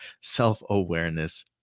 self-awareness